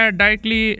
directly